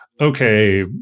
okay